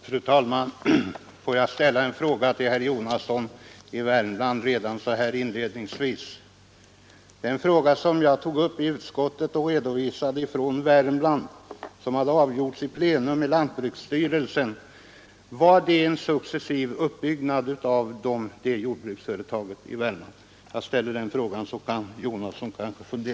Fru talman! Får jag redan så här inledningsvis ställa en fråga till herr Jonasson: Det jordbruksföretag i Värmland som jag tog upp och redovisade i utskottet och som hade fått sitt ärende avgjort vid plenum i lantbruksstyrelsen, var det ett exempel på en successiv uppbyggnad? Herr Jonasson kanske vill fundera på den saken en stund.